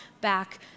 back